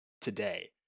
today